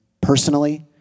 Personally